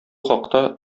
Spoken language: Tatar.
хакта